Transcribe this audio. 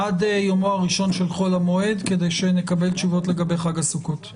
עד יומו הראשון של החול המועד כדי שנקבל תשובות לגבי חג הסוכות.